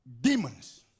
demons